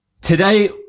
Today